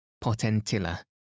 potentilla